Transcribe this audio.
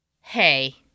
Hey